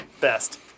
best